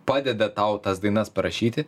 padeda tau tas dainas parašyti